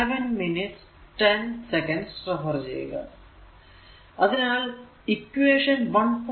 അതിനാൽ ഇക്വേഷൻ 1